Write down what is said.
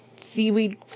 Seaweed